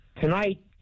tonight